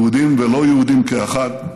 יהודים ולא יהודים כאחד,